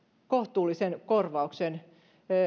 kohtuullisen korvauksen